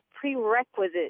prerequisite